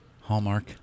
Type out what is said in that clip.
Hallmark